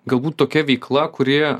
galbūt tokia veikla kuri